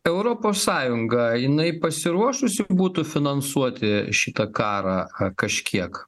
europos sąjunga jinai pasiruošusi būtų finansuoti šitą karą kažkiek